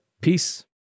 Peace